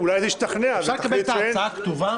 אפשר לקבל את ההצעה הכתובה?